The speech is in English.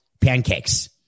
pancakes